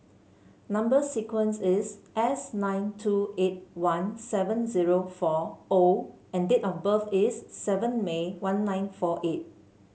number sequence is S nine two eight one seven zero fourO and date of birth is seven May one nine four eight